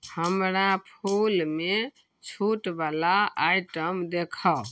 हमरा फूल मे छूट बला आइटम देखाउ